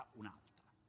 un'altra